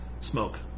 smoke